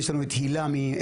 יש לנו את הילה מקת"צ.